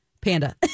Panda